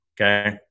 Okay